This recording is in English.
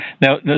Now